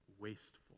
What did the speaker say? wasteful